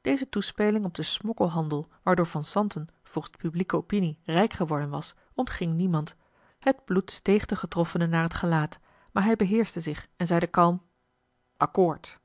deze toespeling op den smokkelhandel waardoor van zanten volgens de publieke opinie rijk geworden was ontging niemand het bloed steeg den getroffene naar het gelaat maar hij beheerschte zich en zeide kalm accoord